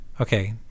okay